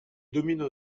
domino